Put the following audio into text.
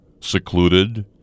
secluded